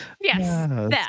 Yes